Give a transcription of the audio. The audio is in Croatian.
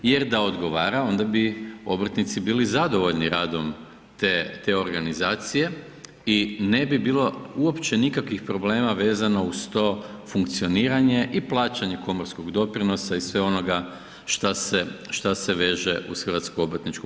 Jer da odgovara onda bi obrtnici bili zadovoljni radom te organizacije i ne bi bilo uopće nikakvih problema vezano uz to funkcioniranje i plaćanje komorskog doprinosa i svega onoga šta se veže uz HOK.